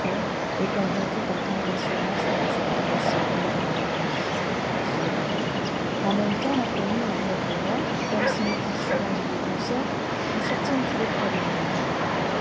et comme vaincu par tant d'assurance et par cette promesse solennelle il répondit j'irai en même temps l'inconnu henriette et moi comme si nous eussions agi de concert nous sortîmes tous les trois de la morgue